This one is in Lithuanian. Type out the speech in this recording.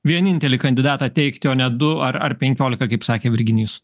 vienintelį kandidatą teikti o ne du ar ar penkiolika kaip sakė virginijus